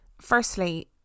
Firstly